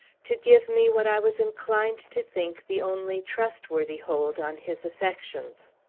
to give me what i was inclined to think the only trustworthy hold on his affections.